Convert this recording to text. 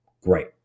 Great